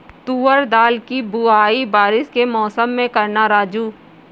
तुवर दाल की बुआई बारिश के मौसम में करना राजू